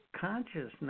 consciousness